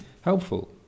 helpful